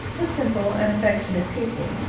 a simple and affectionate people,